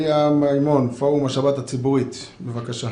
אליה מימון, פורום השבת הציבורית, בבקשה.